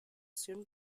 soon